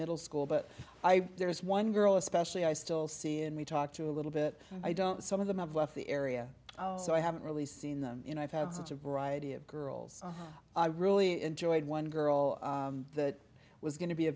middle school but i there's one girl especially i still see and we talk to a little bit and i don't some of them have left the area so i haven't really seen them you know i've had such a variety of girls i really enjoyed one girl that was going to be a